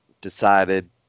decided